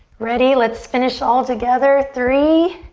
ready, let's finish altogether, three.